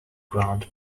ground